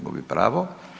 Gubi pravo.